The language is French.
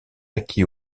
acquis